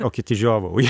o kiti žiovauja